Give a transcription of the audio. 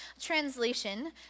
Translation